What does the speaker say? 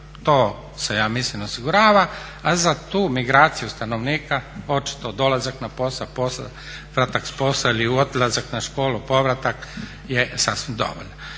to se ja mislim osigurava a za tu migraciju stanovnika očito dolazak na posao, povratak s posla i odlazak u školu, povratak, je sasvim dovoljno.